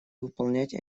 выполнять